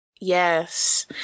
Yes